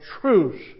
truth